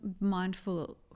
mindful